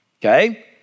okay